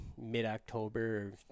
mid-October